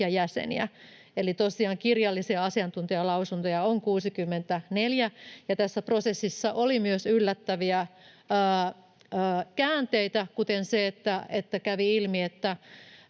jäseniä. Tosiaan kirjallisia asiantuntijalausuntoja on 64, ja tässä prosessissa oli myös yllättäviä käänteitä, kuten se, että kävi ilmi, että